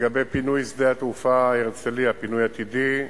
לגבי פינוי שדה התעופה הרצלייה, פינוי עתידי,